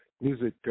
music